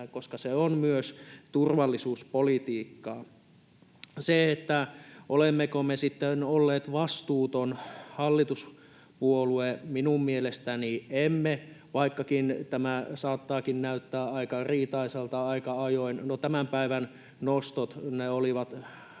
koska se on myös turvallisuuspolitiikkaa. Olemmeko me sitten olleet vastuuton hallituspuolue? Minun mielestäni emme, vaikkakin tämä saattaakin näyttää aika riitaisalta aika ajoin. No tämän päivän nostot olivat